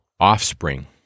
Offspring